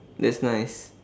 that's nice